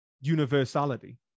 universality